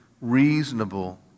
reasonable